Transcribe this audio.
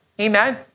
Amen